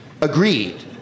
agreed